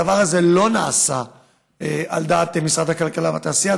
הדבר הזה לא נעשה על דעת משרד הכלכלה והתעשייה,